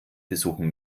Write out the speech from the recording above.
besuchen